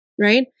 right